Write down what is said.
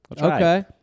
Okay